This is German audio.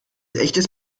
echtes